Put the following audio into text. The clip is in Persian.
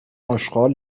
آشغال